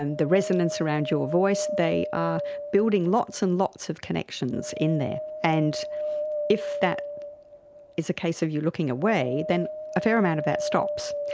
and the resonance around your voice. they are building lots and lots of connections in there. and if that is a case of you looking away, then a fair amount of that stops.